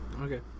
Okay